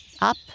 Up